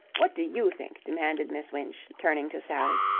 what do you think? demanded miss winch, turning to sally.